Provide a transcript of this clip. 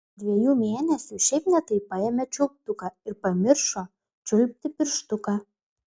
dviejų mėnesių šiaip ne taip paėmė čiulptuką ir pamiršo čiulpti pirštuką